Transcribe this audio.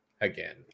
again